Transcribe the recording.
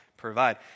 provide